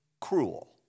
cruel